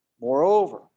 moreover